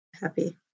happy